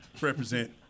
represent